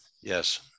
Yes